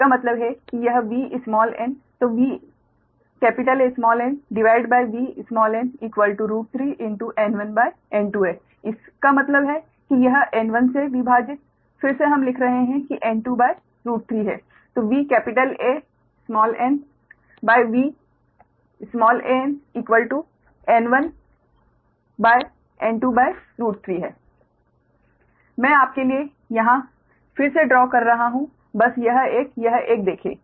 इसका मतलब है कि यह Van VAnVan3N1N2 इसका मतलब है कि यह N1 से विभाजित फिर से हम लिख रहे हैं N23 है VAn Van N1 N23 मैं आपके लिए यहाँ फिर से ड्रा कर रहा हूँ बस यह एक यह एक देखें